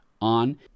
on